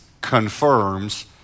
confirms